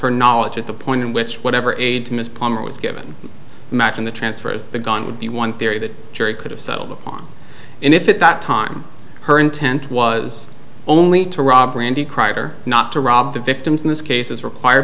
her knowledge at the point in which whatever aid miss palmer was given matching the transfer of the gun would be one theory the jury could have settled on and if it that time her intent was only to rob randy kreiter not to rob the victims in this case as required